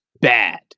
bad